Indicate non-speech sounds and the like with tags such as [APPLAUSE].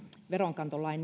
veronkantolain [UNINTELLIGIBLE]